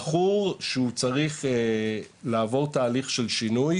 מכור שהוא צריך לעבור תהליך של שינוי,